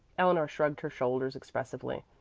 eleanor shrugged her shoulders expressively.